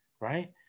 right